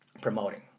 promoting